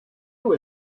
were